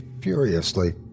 furiously